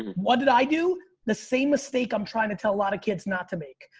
what did i do? the same mistake i'm trying to tell a lot of kids not to make,